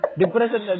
depression